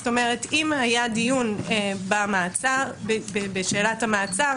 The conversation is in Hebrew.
זאת אומרת אם היה דיון בשאלת המעצר,